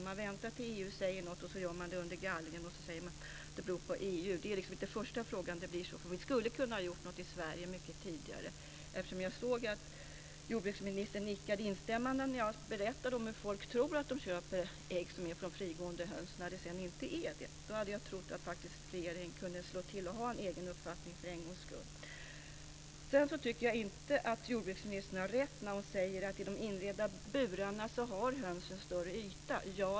Man väntar tills EU säger något och genomför det sedan under galgen med hänvisning till att det beror på EU. Det här är liksom inte första frågan där det blir så. Vi skulle mycket tidigare ha kunnat göra något i Sverige. Jag såg att jordbruksministern nickade instämmande då jag berättade om att folk tror sig köpa ägg från frigående höns men att det inte är så. Därför trodde jag att regeringen kunde slå till och för en gångs skull ha en egen uppfattning. Jag tycker inte att jordbruksministern har rätt när hon säger att höns i inredda burar har en större yta.